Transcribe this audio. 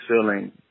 feeling